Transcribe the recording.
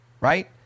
Right